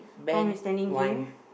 Tom is standing here